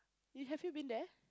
you have you been there